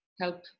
help